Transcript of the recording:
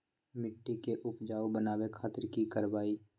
मिट्टी के उपजाऊ बनावे खातिर की करवाई?